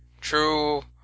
True